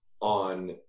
on